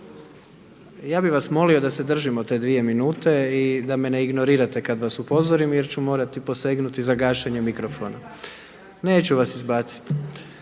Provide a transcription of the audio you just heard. Ja bih vas molio da se držimo te dvije minute i da me ne ignorirate kad vas upozorim, jer ću morati posegnuti za gašenjem mikrofona. Neću vas izbacit.